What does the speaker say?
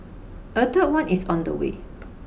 a third one is on the way